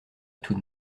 tout